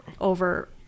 over